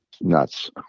nuts